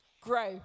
grow